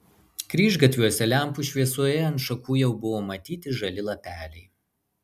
kryžgatviuose lempų šviesoje ant šakų jau buvo matyti žali lapeliai